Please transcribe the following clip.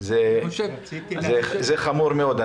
זה חמור מאוד.